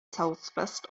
southwest